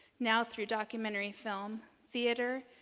now through documentary film, theater,